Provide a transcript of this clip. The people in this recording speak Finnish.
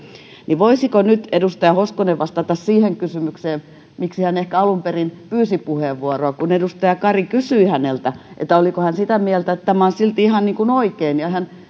niin voisiko nyt edustaja hoskonen vastata siihen kysymykseen miksi hän ehkä alun perin pyysi puheenvuoroa kun edustaja kari kysyi häneltä oliko hän sitä mieltä että tämä on silti ihan niin kuin oikein ja